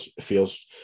feels